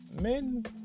men